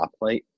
stoplight